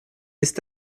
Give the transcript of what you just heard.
ist